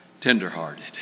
tenderhearted